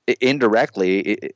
indirectly